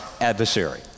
adversary